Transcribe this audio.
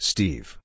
Steve